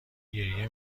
گریه